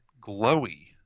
glowy